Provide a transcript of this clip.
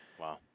Wow